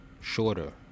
shorter